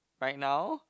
right now